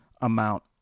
amount